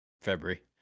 february